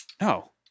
No